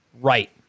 right